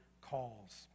calls